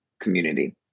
community